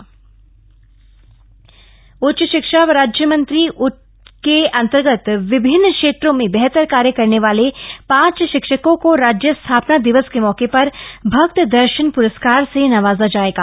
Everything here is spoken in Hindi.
भक्त दर्शन परस्कार उच्च शिक्षा राज्य मंत्री उच्च शिक्षा के अंतर्गत विभिन्न क्षेत्रों में बेहतर कार्य करने वाले पांच शिक्षकों क राज्य स्थापना दिवस के मौके पर भक्त दर्शन प्रस्कार से नवाजा जायेगा